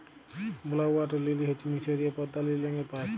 blue water lily হচ্যে মিসরীয় পদ্দা লিল রঙের পায়